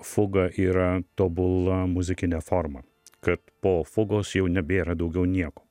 fuga yra tobula muzikinė forma kad po fugos jau nebėra daugiau nieko